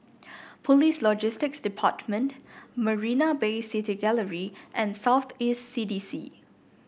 Police Logistics Department Marina Bay City Gallery and South East C D C